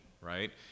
right